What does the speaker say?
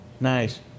Nice